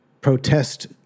protest